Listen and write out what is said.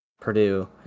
Purdue